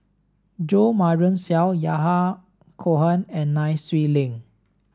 Jo Marion Seow Yahya Cohen and Nai Swee Leng